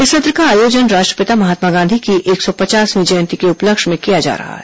इस सत्र का आयोजन राष्ट्रपिता महात्मा गांधी की एक सौ पचासवीं जयंती के उपलक्ष्य में किया जा रहा है